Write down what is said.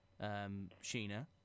Sheena